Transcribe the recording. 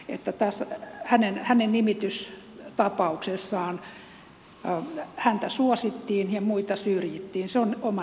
minä näkisin että hänen nimitystapauksessaan häntä suosittiin ja muita syrjittiin se on oma näkemykseni asiasta